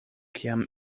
kiam